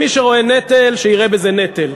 מי שרואה נטל, שיראה בזה נטל.